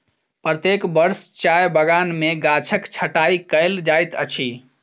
प्रत्येक वर्ष चाय बगान में गाछक छंटाई कयल जाइत अछि